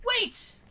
wait